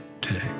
today